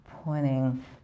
pointing